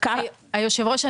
היושב ראש,